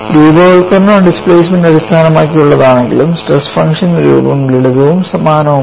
രൂപവത്കരണം displacement അടിസ്ഥാനമാക്കി ഉള്ളതാണെങ്കിലും stress ഫംഗ്ഷന്റെ രൂപം ലളിതവും സമാനവുമാണ്